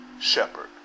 shepherd